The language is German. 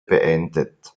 beendet